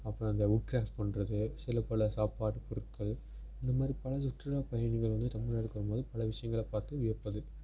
அப்புறம் அந்த woodcraft பண்ணுறது சில பல சாப்பாடு பொருட்கள் இந்தமாதிரி பல சுற்றுலா பயணிகள் வந்து தமிழ்நாடுக்கு வரும்போது பல விஷயங்கள பார்த்து வியப்பது